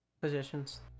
positions